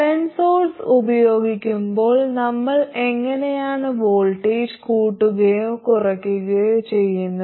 current source ഉപയോഗിക്കുമ്പോൾ നമ്മൾ എങ്ങനെയാണ് വോൾട്ടേജ് കൂട്ടുകയോ കുറയ്ക്കുകയോ ചെയ്യുന്നത്